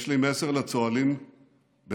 יש לי מסר לצוהלים בטהראן